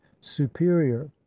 superior